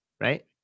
Right